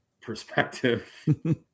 perspective